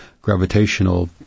gravitational